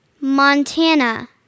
Montana